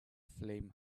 flame